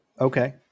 Okay